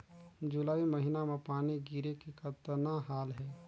जुलाई महीना म पानी गिरे के कतना हाल हे?